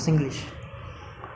but I think it's quite famous